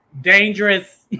Dangerous